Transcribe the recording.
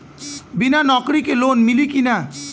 बिना नौकरी के लोन मिली कि ना?